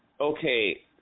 Okay